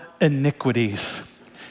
iniquities